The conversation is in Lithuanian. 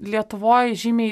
lietuvoj žymiai